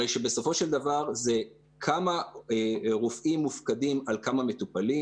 הרי שבסופו של דבר זה כמה רופאים מופקדים על כמה מטופלים